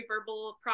verbal